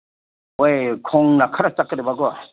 ꯍꯣꯏ ꯈꯣꯡꯅ ꯈꯔ ꯆꯠꯀꯗꯕꯀꯣ